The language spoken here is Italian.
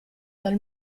dal